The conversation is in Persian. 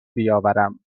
بیاورم